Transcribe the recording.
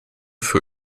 für